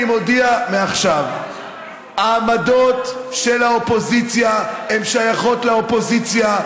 אני מודיע: מעכשיו העמדות של האופוזיציה שייכות לאופוזיציה,